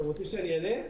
אתם רוצים שאני אענה?